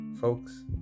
Folks